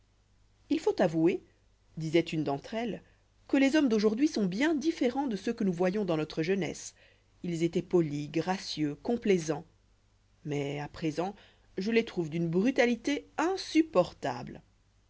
il faut avouer disoit une d'entre elles que les hommes d'aujourd'hui sont bien différents de ceux que nous voyions dans notre jeunesse ils étoient polis gracieux complaisants mais à présent je les trouve d'une brutalité insupportable